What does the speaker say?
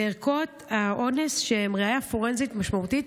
וערכות האונס, שהן ראיה פורנזית משמעותית,